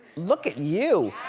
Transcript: look at you.